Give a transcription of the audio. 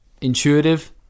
Intuitive